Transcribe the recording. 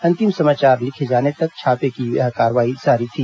अंतिम समाचार लिखे जाने तक छापे की यह कार्यवाही जारी थी